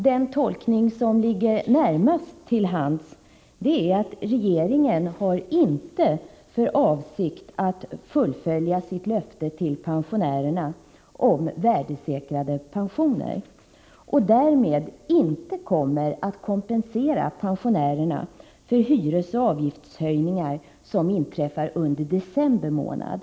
Den tolkning som ligger närmast till hands är 26 november 1984 att regeringen inte har för avsikt att fullfölja sitt löfte till pensionärerna om värdesäkrade pensioner och därmed inte kommer att kompensera pensionärerna för hyresoch avgiftshöjningar som inträffar under december månad.